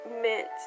meant